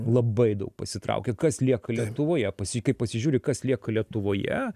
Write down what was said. labai daug pasitraukė kas lieka lietuvoje pasi kaip pasižiūri kas lieka lietuvoje